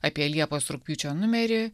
apie liepos rugpjūčio numerį